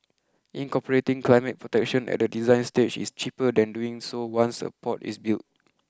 incorporating climate protection at the design stage is cheaper than doing so once a port is built